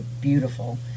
beautiful